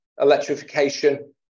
electrification